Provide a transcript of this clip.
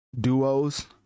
duos